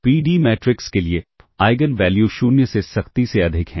PD matrix के लिए eigenvalue 0 से सख्ती से अधिक हैं